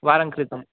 వారం క్రితం